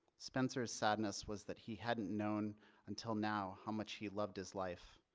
spencer's sadness was that he hadn't known until now how much he loved his life,